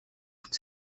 toute